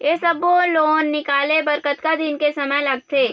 ये सब्बो लोन निकाले बर कतका दिन के समय लगथे?